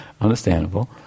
understandable